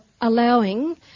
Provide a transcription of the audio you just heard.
allowing